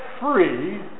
free